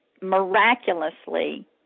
miraculously